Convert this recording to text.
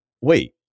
wait